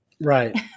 right